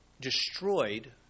destroyed